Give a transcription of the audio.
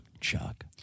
Chuck